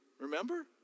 Remember